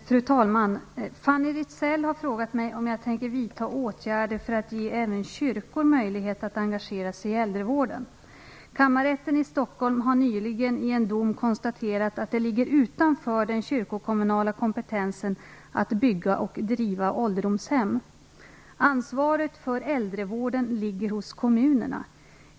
Fru talman! Fanny Rizell har frågat mig om jag tänker vidta åtgärder för att ge även kyrkor möjlighet att engagera sig i äldrevården. Kammarrätten i Stockholm har nyligen i en dom konstaterat att det ligger utanför den kyrkokommunala kompetensen att bygga och driva ålderdomshem. Ansvaret för äldrevården ligger hos kommunerna.